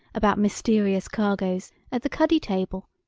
about mysterious cargoes, at the cuddy table?